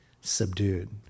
subdued